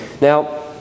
Now